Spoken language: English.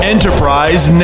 Enterprise